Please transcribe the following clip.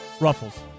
Ruffles